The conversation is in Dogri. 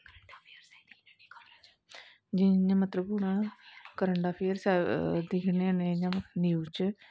जियां जियां मतलब हून करंट अफेयर दिखने होने इयां न्यूज च